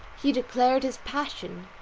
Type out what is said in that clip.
he declared his passion,